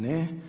Ne.